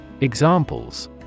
Examples